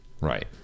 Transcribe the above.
Right